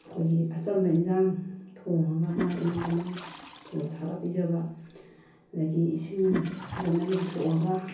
ꯑꯩꯈꯣꯏꯒꯤ ꯑꯆꯝꯕ ꯑꯦꯟꯁꯥꯡ ꯊꯣꯡꯂꯒ ꯃꯥꯒꯤ ꯑꯅꯝꯕꯅ ꯊꯣꯡ ꯊꯥꯛꯂꯒ ꯄꯤꯖꯕ ꯑꯗꯒꯤ ꯏꯁꯤꯡ ꯐꯖꯅ ꯂꯨꯝꯊꯣꯛꯂꯒ